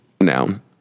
noun